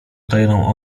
utajoną